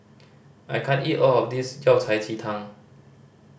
I can't eat all of this Yao Cai ji tang